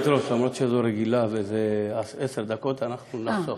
שאת לא רגילה, וזה עשר דקות, אנחנו יכולים לחסוך.